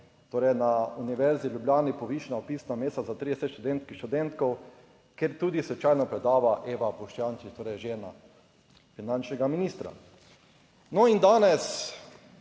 torej na Univerzi v Ljubljani povišana vpisna mesta za 30 študentk in študentov, kjer tudi slučajno predava Eva Boštjančič, torej žena finančnega ministra. No in danes,